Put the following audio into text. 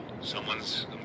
someone's